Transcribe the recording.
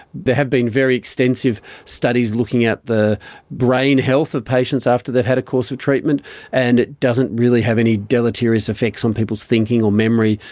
have been very extensive studies looking at the brain health of patients after they've had a course of treatment and it doesn't really have any deleterious effects on people's thinking or memory.